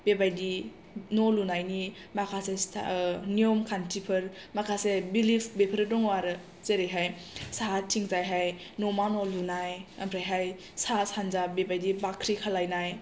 बेबायदि न' लुनायनि माखासे स्टाइल नियम खान्थिफोर माखासे बिलिभ बेफोर दङ आरो जेरैहाय साहाथिंजायहाय न'मा न' लुनाय ओमफ्रायहाय सा सान्जा बेबादि बाख्रि खालायनाय